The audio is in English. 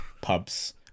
pubs